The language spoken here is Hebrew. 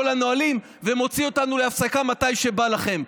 הנהלים ומוציא אותנו להפסקה מתי שבא לכם.